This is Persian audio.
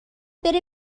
بره